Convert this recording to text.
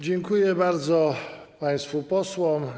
Dziękuję bardzo państwu posłom.